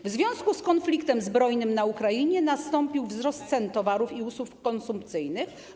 W związku z konfliktem zbrojnym na Ukrainie nastąpił wzrost cen towarów i usług konsumpcyjnych.